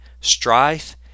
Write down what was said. strife